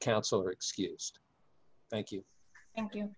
counselor excused thank you thank you